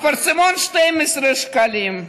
אפרסמון, 12 שקלים.